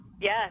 Yes